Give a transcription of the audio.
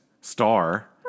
star